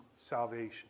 salvation